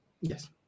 Yes